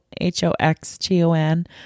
H-O-X-T-O-N